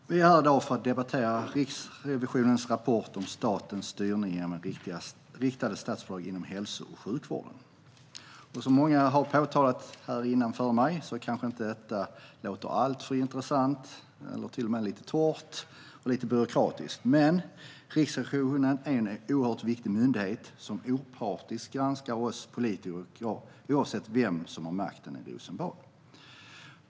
Fru talman! Vi är här i dag för att debattera Riksrevisionens rapport om statens styrning genom riktade statsbidrag inom hälso och sjukvården. Som många före mig har påpekat kanske inte detta låter alltför intressant utan till och med lite torrt och byråkratiskt. Men Riksrevisionen är en oerhört viktig myndighet som opartiskt granskar oss politiker, oavsett vem som har makten i Rosenbad.